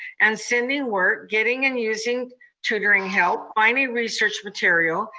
and sending work, getting and using tutoring help, finding research material,